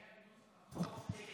טקס דתי היה בנוסח החוק,